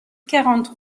quarante